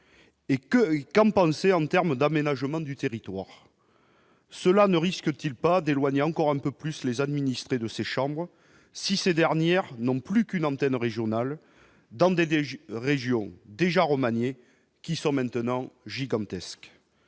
Et que comme penser en termes d'aménagement du territoire, cela ne risque-t-il pas d'éloigner encore un peu plus les administrés de ces chambres si ces dernières n'ont plus qu'une antenne régionale dans des des Jeux, région déjà remanié qui sont maintenant gigantesques